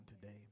today